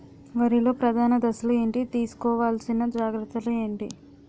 వరిలో ప్రధాన దశలు ఏంటి? తీసుకోవాల్సిన జాగ్రత్తలు ఏంటి?